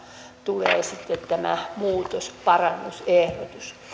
tulee sitten tämä muutos parannusehdotus